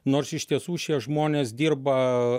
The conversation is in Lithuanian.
nors iš tiesų šie žmonės dirba